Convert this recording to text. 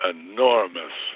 enormous